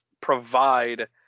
provide